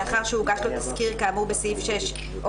לאחר שהוגש לו תסקיר כאמור בסעיף 6 או